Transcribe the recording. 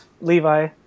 Levi